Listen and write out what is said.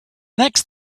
next